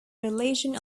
religion